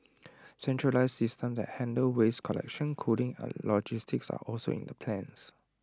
centralised systems that handle waste collection cooling and logistics are also in the plans